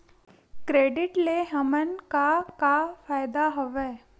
Credit ले हमन का का फ़ायदा हवय?